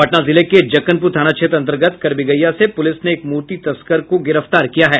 पटना जिले के जक्कनपुर थाना क्षेत्र अंतर्गत करबिगहिया से पुलिस ने एक मूर्ति तस्कर को गिरफ्तार किया है